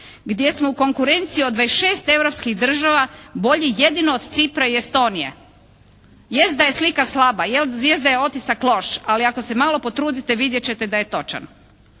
gdje smo u konkurenciji od 26 europskih država bolji jedino od Cipra i Estonije. Jest da je slika slaba, jest da je otisak loš ali ako se malo potrudite vidjet ćete da je točan.